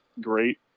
great